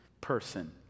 person